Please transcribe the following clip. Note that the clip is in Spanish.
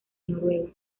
noruega